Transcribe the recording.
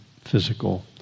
physical